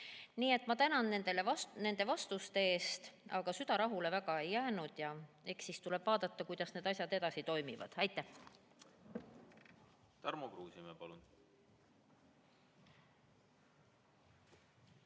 Nii et ma tänan nende vastuste eest, aga süda väga rahule ei jäänud. Eks siis tuleb vaadata, kuidas need asjad edasi toimivad. Aitäh!